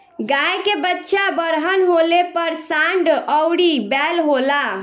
गाय के बच्चा बड़हन होले पर सांड अउरी बैल होला